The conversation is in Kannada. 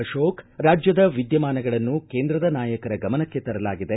ಅತೋಕ್ ರಾಜ್ಯದ ವಿದ್ದಮಾನಗಳನ್ನು ಕೇಂದ್ರದ ನಾಯಕರ ಗಮನಕ್ಕೆ ತರಲಾಗಿದೆ